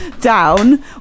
down